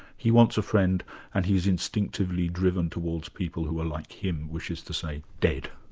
he wants a friend and he's instinctively driven towards people who are like him, which is to say, dead.